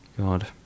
god